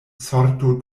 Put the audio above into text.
sorto